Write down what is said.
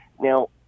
Now